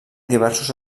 diversos